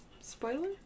Spoiler